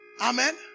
amen